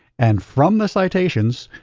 and from the citations,